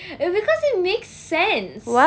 because it makes sense